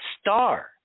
star